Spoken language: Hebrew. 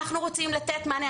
אנחנו רוצים לתת מענה,